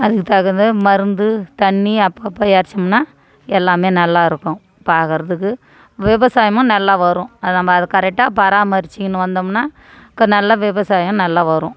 அதுக்கு தகுந்த மருந்து தண்ணி அப்போ அப்போ இறச்சமுன்னா எல்லாம் நல்லா இருக்கும் பார்க்குறதுக்கு விவசாயமும் நல்லா வரும் அது நம்ம அது கரெக்டாக பராம்மரித்துக்கின்னு வந்தோமுன்னா நல்லா விவசாயம் நல்லா வரும்